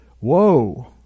Whoa